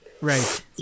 Right